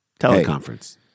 Teleconference